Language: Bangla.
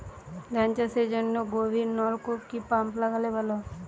ধান চাষের জন্য গভিরনলকুপ কি পাম্প লাগালে ভালো?